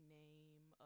name